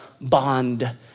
bond